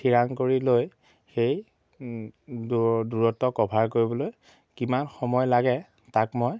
থিৰাং কৰি লৈ সেই দূৰ দূৰত্ব কভাৰ কৰিবলৈ কিমান সময় লাগে তাক মই